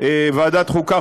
ועדת החוקה,